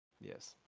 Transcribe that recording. Yes